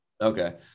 Okay